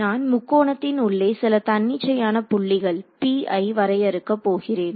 நான் முக்கோணத்தின் உள்ளே சில தன்னிச்சையான புள்ளிகள் p ஐ வரையறுக்க போகிறேன்